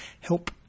help